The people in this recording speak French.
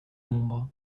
nombres